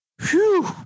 whew